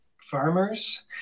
farmers